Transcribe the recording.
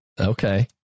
Okay